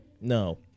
No